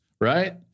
right